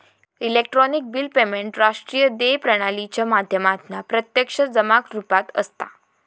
electronic bill payment राष्ट्रीय देय प्रणालीच्या माध्यमातना प्रत्यक्ष जमा रुपात असता